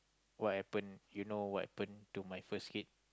what happen you know what happen to my first kid